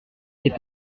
est